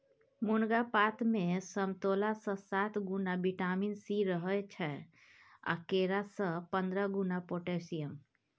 मुनगा पातमे समतोलासँ सात गुणा बिटामिन सी रहय छै आ केरा सँ पंद्रह गुणा पोटेशियम